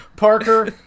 Parker